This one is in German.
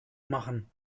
machen